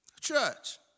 church